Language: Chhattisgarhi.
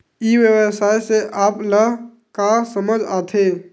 ई व्यवसाय से आप ल का समझ आथे?